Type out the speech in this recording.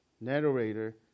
narrator